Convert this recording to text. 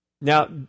Now